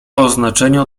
oznaczeniu